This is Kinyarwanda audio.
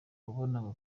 wabonaga